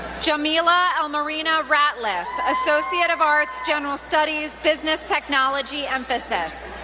jamila elmarina ratliff, associate of arts, general studies, business technology emphasis.